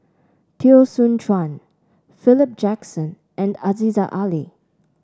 Teo Soon Chuan Philip Jackson and Aziza Ali